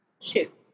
shoot